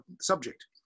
subject